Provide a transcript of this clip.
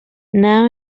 now